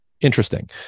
Interesting